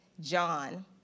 John